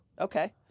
Okay